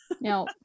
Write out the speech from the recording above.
No